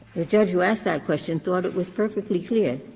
the judge who asked that question thought it was perfectly clear,